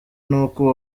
n’uko